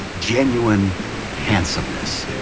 genuine handsomeness,